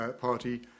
party